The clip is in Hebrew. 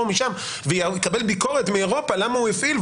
או משם ויקבל ביקורת מאירופה למה הוא הפעיל,